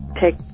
take